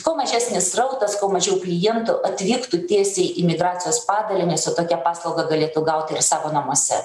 kuo mažesnis srautas kuo mažiau klientų atvyktų tiesiai į migracijos padalinį su tokia paslauga galėtų gauti ir savo namuose